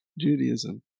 Judaism